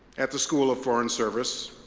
at the school of foreign service,